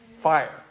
fire